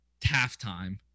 halftime